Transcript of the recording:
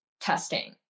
testing